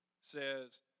says